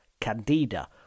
Candida